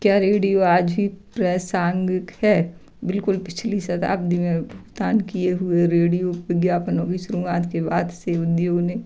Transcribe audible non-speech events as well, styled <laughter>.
क्या रेडियो आज भी प्रासांगिक है बिल्कुल पिछली शताबधि में <unintelligible> किए हुए रेडियो विज्ञापनों की सुरुआत के बाद से उद्योग ने